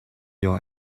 your